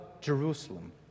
Jerusalem